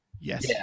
Yes